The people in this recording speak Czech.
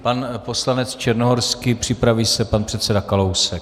Pan poslanec Černohorský, připraví se pan předseda Kalousek.